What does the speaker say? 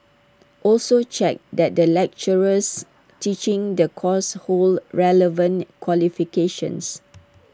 also check that the lecturers teaching the course hold relevant qualifications